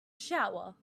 shower